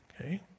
Okay